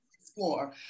Explore